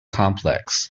complex